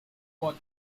what